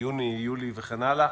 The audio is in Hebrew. יוני, יולי וכן הלאה.